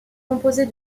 composée